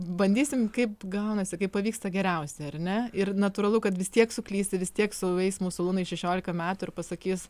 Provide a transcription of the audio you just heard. bandysim kaip gaunasi kaip pavyksta geriausiai ar ne ir natūralu kad vis tiek suklysti vis tiek sueis mūsų lunai šešiolika metų ir pasakys